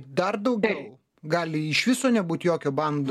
dar daugiau gali iš viso nebūt jokio band